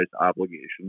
obligations